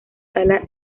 sala